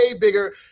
bigger